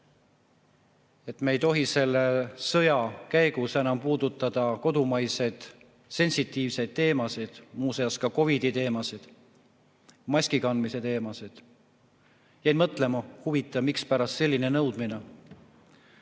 et me ei tohiks selle sõja käigus enam puudutada kodumaised sensitiivseid teemasid, muu seas ka COVID‑i teemat ega maskikandmise teemat. Jäin mõtlema, et huvitav, mispärast selline nõudmine.